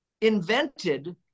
invented